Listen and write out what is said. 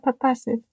passive